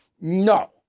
No